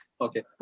Okay